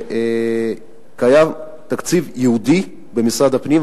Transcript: קיים תקציב ייעודי במשרד הפנים,